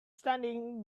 standing